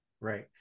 Right